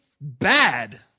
bad